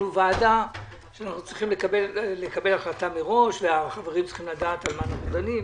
כי אנחנו ועדה שצריכה לקבל החלטה מראש על מה דנים.